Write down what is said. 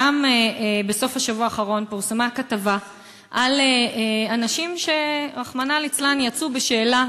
גם בסוף השבוע האחרון פורסמה כתבה על אנשים שרחמנא ליצלן יצאו בשאלה,